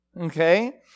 Okay